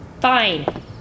Fine